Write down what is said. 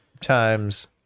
times